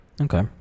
okay